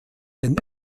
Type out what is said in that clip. den